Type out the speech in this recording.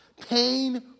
Pain